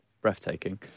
breathtaking